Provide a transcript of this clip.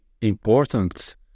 important